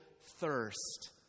thirst